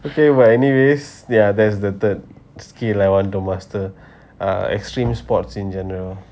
okay but anyways they're that's the third skill I want to master uh extreme sports in general